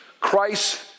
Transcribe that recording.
Christ